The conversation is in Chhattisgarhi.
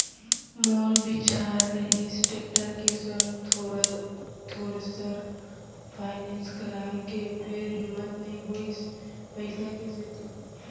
मोर बिचार रिहिस टेक्टर के संग थेरेसर फायनेंस कराय के फेर हिम्मत नइ होइस पइसा के सेती